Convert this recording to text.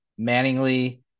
Manningly